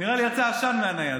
נראה לי שיצא עשן מהנייד.